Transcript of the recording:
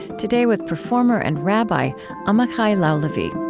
today with performer and rabbi amichai lau-lavie